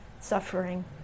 suffering